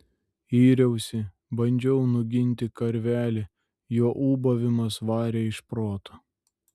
yriausi bandžiau nuginti karvelį jo ūbavimas varė iš proto